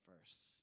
first